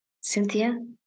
Cynthia